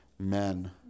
men